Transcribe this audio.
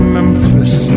Memphis